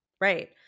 Right